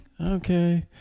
Okay